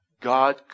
God